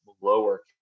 lower